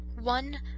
One